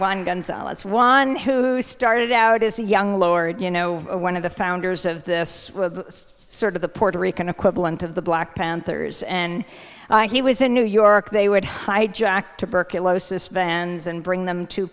it's one who started out as a young lord you know one of the founders of this sort of the puerto rican equivalent of the black panthers and he was in new york they would hijack tuberculosis vans and bring them to